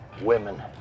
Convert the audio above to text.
Women